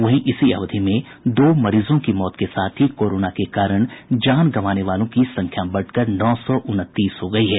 वहीं इसी अवधि में दो मरीजों की मौत के साथ ही कोरोना के कारण जान गंवाने वालों की संख्या बढ़कर नौ सौ उनतीस हो गयी है